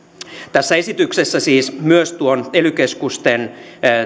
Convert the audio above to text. tässä esityksessä siis myös ely keskusten